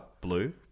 Blue